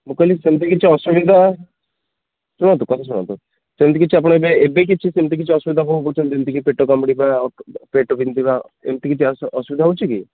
ମୁଁ କହିଲି ସେମିତି କିଛି ଅସୁବିଧା ଶୁଣନ୍ତୁ କଥା ଶୁଣନ୍ତୁ ସେମିତି କିଛି ଆପଣଙ୍କ ପାଇଁ ଏବେ କିଛି ସେମିତି କିଛି ଅସୁବିଧା ଭୋଗ କରୁଛନ୍ତି ଯେମିତିକି ପେଟ କାମୁଡ଼ିବା ପେଟ ବିନ୍ଧିବା ଏମିତି କିଛି ଅସୁବିଧା ହେଉଛି କି